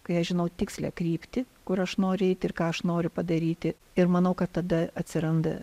kai aš žinau tikslią kryptį kur aš noriu eiti ir ką aš noriu padaryti ir manau kad tada atsiranda